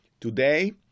Today